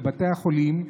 לבתי החולים,